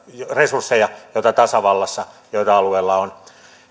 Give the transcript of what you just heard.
resursseja joita tasavallassa joita alueella on